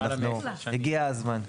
הגיע הזמן.